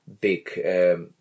big